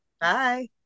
Bye